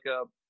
up